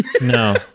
No